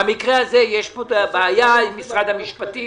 במקרה הזה יש פה בעיה עם משרד המשפטים